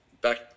back